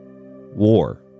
war